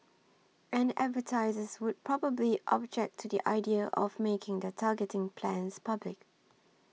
and advertisers would probably object to the idea of making their targeting plans public